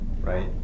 right